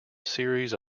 series